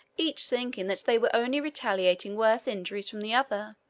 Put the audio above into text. each thinking that they were only retaliating worse injuries from the other.